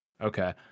Okay